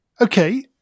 Okay